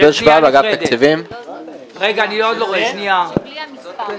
בלי המספר בצד.